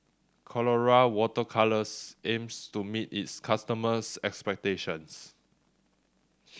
Colora Water Colours aims to meet its customers' expectations